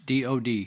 DOD